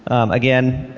again,